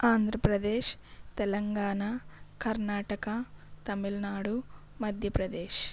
Andhra Pradesh Telangana Karnataka Tamil Nadu Madhya Pradesh